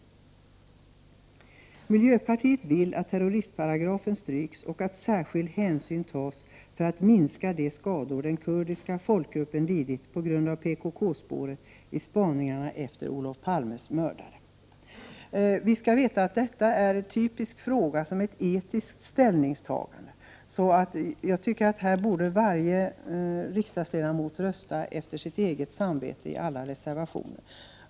Vi i miljöpartiet vill att terroristparagrafen stryks och att särskild hänsyn tas för att minska de skador som den kurdiska folkgruppen har lidit på grund av PKK-spåret i spaningarna efter Olof Palmes mördare. Vi måste vara medvetna om att det här handlar om ett typiskt etiskt ställningstagande. Därför borde varje riksdagsledamot rösta efter sitt eget samvete vad gäller alla reservationer.